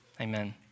amen